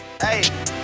hey